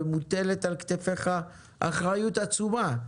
ומוטלת על כתפיך אחריות עצומה,